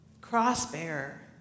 cross-bearer